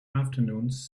afternoons